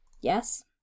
Yes